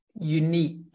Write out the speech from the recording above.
unique